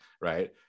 right